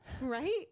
right